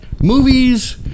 movies